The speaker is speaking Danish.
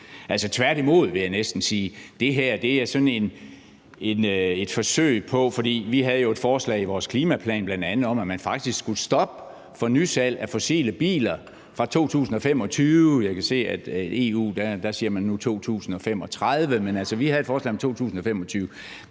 tværtimod, vil jeg næsten sige. Det her er sådan et forsøg. Vi havde jo et forslag i vores klimaplan, bl.a. om, at man faktisk skulle stoppe for nysalg af fossile biler fra 2025. Jeg kan se, at i EU siger man nu 2035. Men vi havde et forslag om 2025.